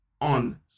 on